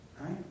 Right